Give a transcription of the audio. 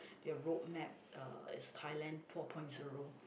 their route map uh as Thailand four point zero